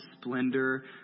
splendor